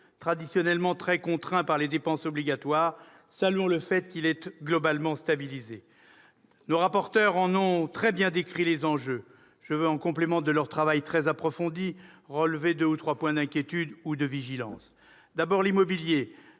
traditionnellement très contraint par les dépenses obligatoires. Saluons le fait qu'il est globalement stabilisé. Les différents rapporteurs en ont très bien décrit les enjeux ; je me contenterai donc, en complément de leur travail très approfondi, de relever deux ou trois points d'inquiétude ou de vigilance. L'immobilier,